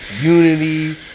unity